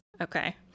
okay